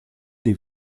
des